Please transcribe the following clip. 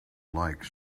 like